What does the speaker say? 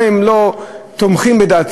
גם אם הם לא תומכים בדעתי,